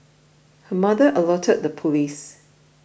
her mother alerted the police